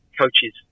Coaches